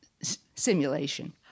simulation